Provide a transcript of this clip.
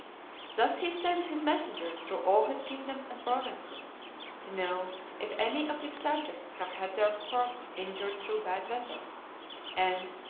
thus he sends his messengers through all his kingdoms and provinces to know if any of his subjects have had their crops injured through bad weather and,